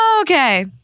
Okay